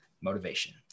motivation